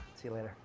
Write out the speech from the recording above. see you later